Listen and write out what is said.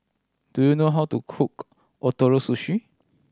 do you know how to cook Ootoro Sushi